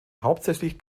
hauptsächlich